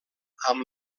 amb